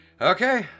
Okay